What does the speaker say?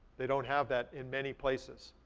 they don't have that in many places.